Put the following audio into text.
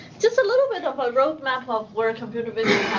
just a little bit of a road map of where computer vision